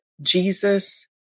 Jesus